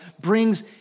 brings